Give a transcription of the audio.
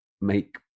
make